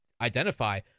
identify